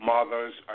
Mothers